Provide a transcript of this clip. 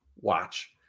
watch